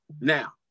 Now